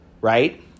right